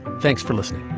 thanks for listening